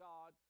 God